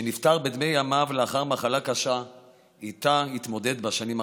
שנפטר בדמי ימיו לאחר מחלה קשה שאיתה התמודד בשנים האחרונות.